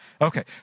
Okay